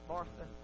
Martha